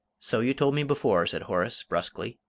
so you told me before, said horace, brusquely.